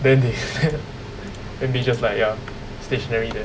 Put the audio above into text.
then they they just like ya stationary there